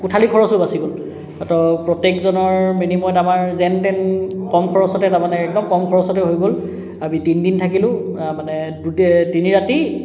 কোঠালি খৰচো বাচি গ'ল তো প্ৰত্যেকজনৰ বিনিময়ত আমাৰ যেন তেন কম খৰচতে তাৰমানে অলপ কম খৰচতে হৈ গ'ল আমি তিনিদিন থাকিলোঁ মানে গোটেই তিনি ৰাতি